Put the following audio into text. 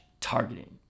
targeting